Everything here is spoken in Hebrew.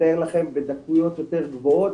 לדייק לכם בדקויות יותר גבוהות,